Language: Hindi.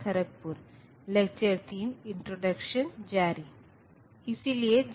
हमने नकारात्मक संख्याओं पर विचार नहीं किया हैं